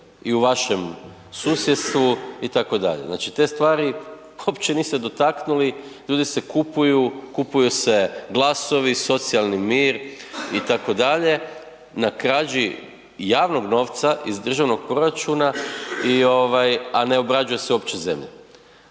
i u vašem susjedstvu itd. Znači te stvari uopće niste dotaknuli, ljudi se kupuju, kupuju se glasovi, socijalni mir itd. na krađi javnog novca iz državnog proračuna, a ne obrađuje se uopće zemlja.